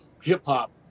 hip-hop